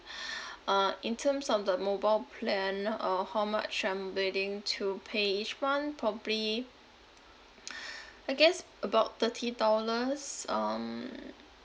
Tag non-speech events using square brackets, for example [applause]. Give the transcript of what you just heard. [breath] uh in terms of the mobile plan uh how much I'm willing to pay each month probably [breath] I guess about thirty dollars um